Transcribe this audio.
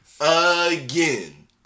Again